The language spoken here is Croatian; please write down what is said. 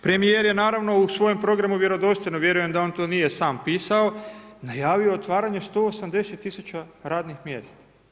Premjer je naravno, u svojem programu vjerodostojno, vjerujem da on to nije sam pisao, najavio otvaranje 180000 radnih mjesta.